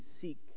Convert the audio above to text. seek